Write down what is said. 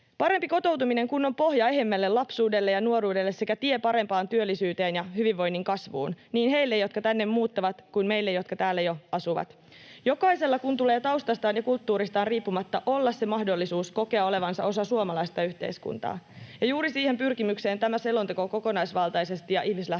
Parempi kotoutuminen on pohja ehjemmälle lapsuudelle ja nuoruudelle sekä tie parempaan työllisyyteen ja hyvinvoinnin kasvuun niin heille, jotka tänne muuttavat, kuin meille, jotka täällä jo asumme, jokaisella kun tulee taustastaan ja kulttuuristaan riippumatta olla se mahdollisuus kokea olevansa osa suomalaista yhteiskuntaa. Juuri siihen pyrkimykseen tämä selonteko kokonaisvaltaisesti ja ihmislähtöisesti